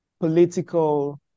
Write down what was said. political